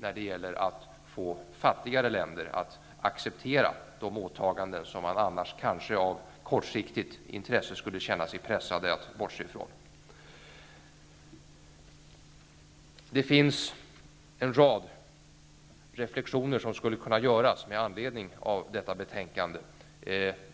när det gäller att få fattigare länder att acceptera de åtaganden som de annars kanske av kortsiktigt intresse skulle känna sig pressade att bortse från. Det finns en rad reflexioner som skulle kunna göras med anledning av detta betänkande.